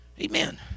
amen